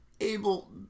able